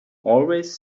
always